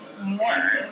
more